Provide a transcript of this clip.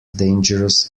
dangerous